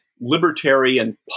Libertarian